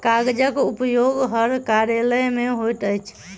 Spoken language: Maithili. कागजक उपयोग हर कार्यालय मे होइत अछि